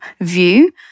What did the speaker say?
view